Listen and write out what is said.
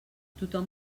tothom